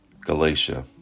Galatia